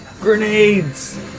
Grenades